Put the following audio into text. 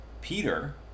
Peter